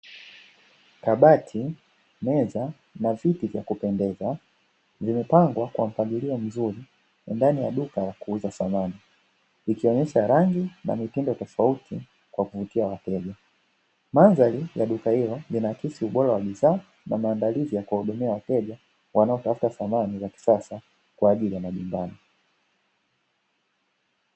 Kabati, meza na viti vya kupendeza vimepangwa kwa mpangilio mzuri na ndani ya duka la kuuza samani likionyesha rangi na mitindo tofauti kwa kuvutia wateja. Mandhari ya duka hilo linaakisi ubora wa bidhaa na maandalizi ya kuwahudumia wateja wanaotafuta samani za kisasa kwa ajili ya majumbani.